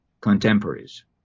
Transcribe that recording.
contemporaries